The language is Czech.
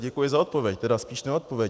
Děkuji za odpověď, tedy spíš neodpověď.